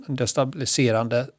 destabiliserande